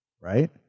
right